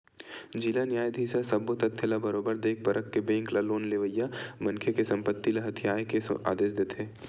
जिला न्यायधीस ह सब्बो तथ्य ल बरोबर देख परख के बेंक ल लोन लेवइया मनखे के संपत्ति ल हथितेये के आदेश देथे